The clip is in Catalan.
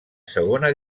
segona